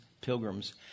pilgrims